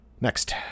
Next